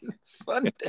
Sunday